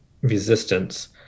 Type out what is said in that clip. resistance